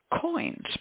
coins